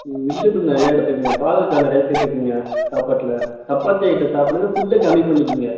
ம் விஜிடபிள் நிறையா எடுத்துக்கங்க பாகற்காய் நிறையா சேர்த்துக்குங்க சாப்பாட்டில் சப்பாத்தி ஐட்டம் சாப்பிடுங்க ஃபுட்டை கம்மி பண்ணிக்கங்க